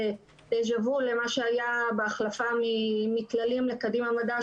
אנחנו זוכרים מה היה בהחלפה מטללים לקדימה מדע,